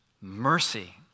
mercy